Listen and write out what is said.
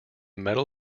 medal